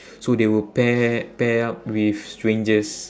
so they will pair pair up with strangers